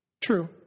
True